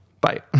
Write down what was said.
bye